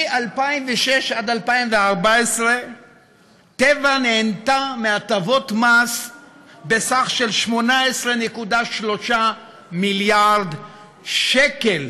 מ-2006 עד 2014 טבע נהנתה מהטבות מס בסך 18.3 מיליארד שקל,